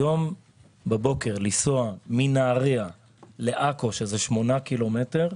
לנסוע מנהריה לעכו, שזה שמונה ק"מ,